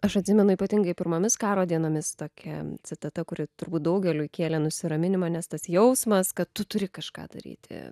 aš atsimenu ypatingai pirmomis karo dienomis tokia citata kuri turbūt daugeliui kėlė nusiraminimą nes tas jausmas kad tu turi kažką daryti